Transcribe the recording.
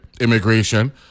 Immigration